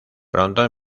pronto